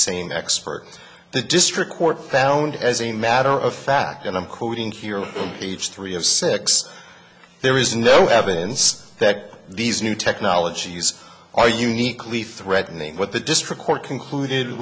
saying expert the district court found as a matter of fact and i'm quoting here page three of six there is no evidence that these new technologies are uniquely threatening what the district court concluded